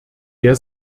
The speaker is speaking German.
der